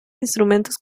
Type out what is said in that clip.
instrumentos